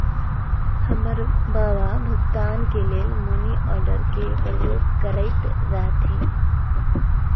हमर बबा भुगतान के लेल मनीआर्डरे के प्रयोग करैत रहथिन